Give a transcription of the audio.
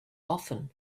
often